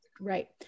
right